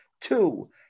Two